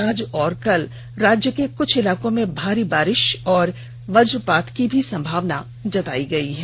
आज और कल राज्य के कुछ इलाकों में भारी बारिश और वजपात की भी संभावना जताई गई है